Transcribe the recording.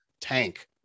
tank